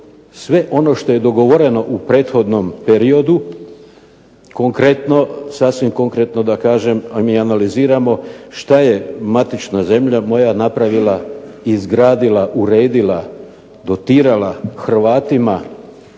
sve ono što je dogovoreno u prethodnom periodu, konkretno, sasvim konkretno kažem, mi analiziramo šta je matična zemlja moja napravila, izgradila, uredila, dotirala Hrvatima